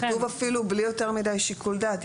זה כתוב אפילו בלי יותר מידי שיקול דעת.